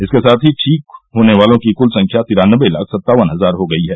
इसके साथ ही ठीक होने वालों की कुल संख्या तिरानबे लाख सत्तावन हजार हो गई है